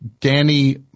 Danny